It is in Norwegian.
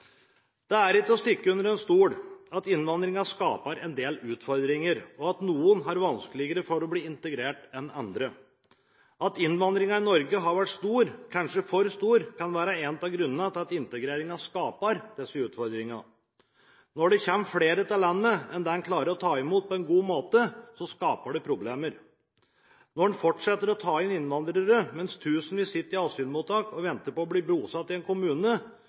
Det er ikke til å stikke under stol at innvandringen skaper en del utfordringer, og at noen har større vanskeligheter med å bli integrert enn andre. At innvandringen til Norge har vært stor, kanskje for stor, kan være en av grunnene til at integreringen skaper disse utfordringene. Når det kommer flere til landet enn landet klarer å ta imot på en god måte, skaper det problemer. Når en fortsetter å ta inn innvandrere mens tusenvis sitter i asylmottak og venter på å bli bosatt i en kommune,